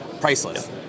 priceless